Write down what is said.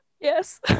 Yes